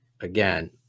again